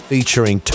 featuring